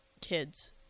kids